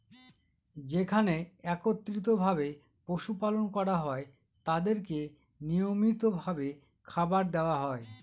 যেখানে একত্রিত ভাবে পশু পালন করা হয় তাদেরকে নিয়মিত ভাবে খাবার দেওয়া হয়